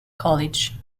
college